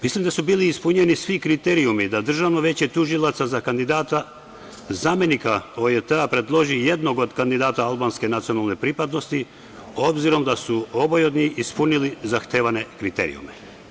Mislim da su bili ispunjeni svi kriterijumi da Državno veće tužilaca za kandidata za zamenika OJT-a predloži jednog od kandidata albanske nacionalne pripadnosti, obzirom da su oba ispunila zahtevane kriterijume.